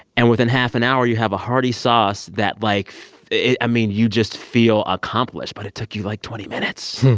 and within half an hour you have a hearty sauce. that like, i mean, you just feel accomplished, but it took you like twenty minutes.